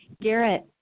Garrett